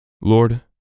Lord